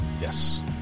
yes